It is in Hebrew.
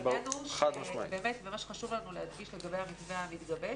חשוב לנו להדגיש לגבי המתווה המתגבש